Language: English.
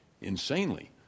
insanely